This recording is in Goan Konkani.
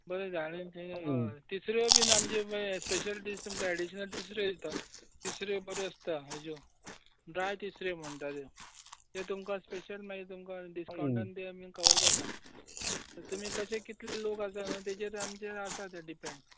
बरे जाले तिसऱ्यो बीन आमच्यो स्पॅशल डिश तुमकां ऍडिशनल तिसऱ्यो दिता तिसऱ्यो बऱ्यो आसता हेज्यो ड्राय तिसऱ्यो म्हणटा त्यो ते तुमकां स्पेशल डिस्कांउटान ते आमी कवर करता तुमी कशे कितले लोक आसा तेजेर आमचें आसा ते डिपेंड